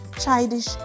childish